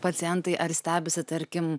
pacientai ar stebisi tarkim